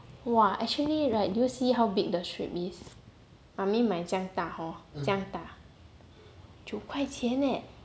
!wah! actually right do you see how big the strip is mummy 买这样大 hor 这样大九块钱 eh